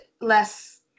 less